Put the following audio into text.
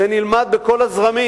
זה נלמד בכל הזרמים.